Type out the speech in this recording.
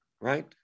right